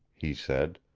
he said.